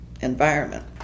environment